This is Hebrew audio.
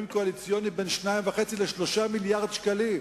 קואליציוניים הוא בין 2.5 ל-3 מיליארדי שקלים.